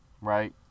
right